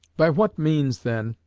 by what means, then,